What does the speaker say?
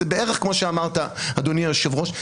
זה בערך כמו שאמרת אדוני היושב-ראש,